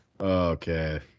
Okay